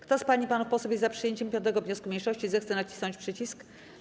Kto z pań i panów posłów jest za przyjęciem 5. wniosku mniejszości, zechce nacisnąć przycisk.